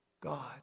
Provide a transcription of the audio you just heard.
God